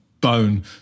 bone